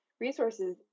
resources